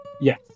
Yes